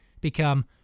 become